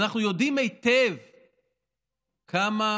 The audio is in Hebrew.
ואנחנו יודעים היטב כמה,